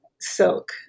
silk